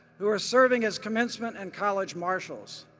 who are serving as commencement and college marshals.